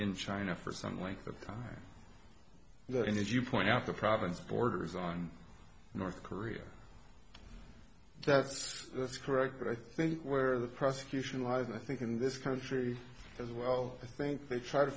in china for some length of time and as you point out the province borders on north korea that's correct but i think where the prosecution lies i think in this country as well i think they try to